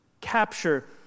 capture